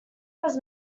was